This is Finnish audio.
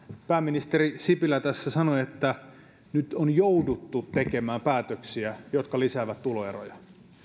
pääministeri sipilä tässä sanoi että nyt on jouduttu tekemään päätöksiä jotka lisäävät tuloeroja